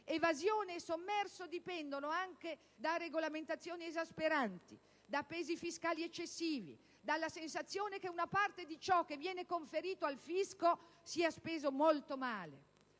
evasione e sommerso dipendono anche da regolamentazioni esasperanti, da pesi fiscali eccessivi e dalla sensazione che una parte di ciò che viene conferito al fisco sia spesa molto male.